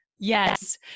Yes